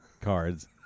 cards